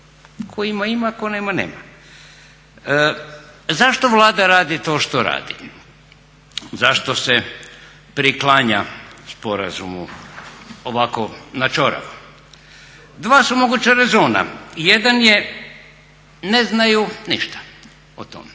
Tko ima ima, tko nema nema. Zašto Vlada radi to što radi? Zašto se priklanja sporazumu ovako na čoravo? Dva su moguća rezona, jedan je ne znaju ništa o tome.